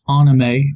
anime